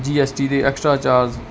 ਜੀ S T ਦੇ extra charge